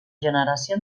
generació